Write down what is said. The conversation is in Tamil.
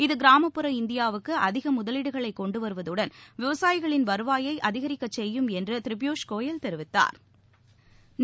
இது கிராமப்புற இந்தியாவுக்கு அதிக முதவீடுகளை கொண்டு வருவதுடன் விவசாயிகளின் வருவாயை அதிகரிக்கச் செய்யும் என்று திரு பியூஷ் கோயல் தெரிவித்தாா்